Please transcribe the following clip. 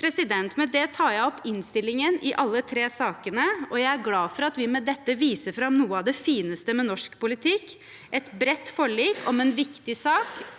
Med det anbefaler jeg komiteens innstilling i alle tre sakene. Jeg er glad for at vi med dette viser fram noe av det fineste med norsk politikk: et bredt forlik om en viktig sak